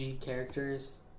characters